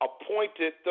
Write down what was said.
appointed